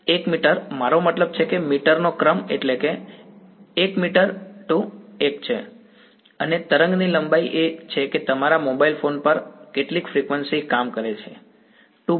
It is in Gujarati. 1 મીટર મારો મતલબ છે કે મીટરનો ક્રમ એટલે કે એટલે કે 1 મીટર 2 ટુ 1 છે અને તરંગની લંબાઈ એ છે કે તે તમારા મોબાઇલ ફોન પર કેટલી ફ્રીક્વન્સી કામ કરે છે